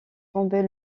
tomber